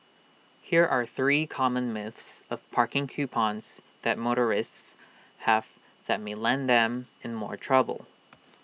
here are three common myths of parking coupons that motorists have that may land them in more trouble